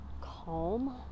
calm